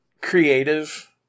creative